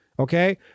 Okay